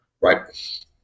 Right